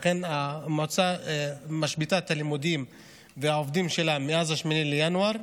ולכן המועצה משביתה את הלימודים והעובדים שלה מאז 8 בינואר,